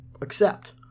accept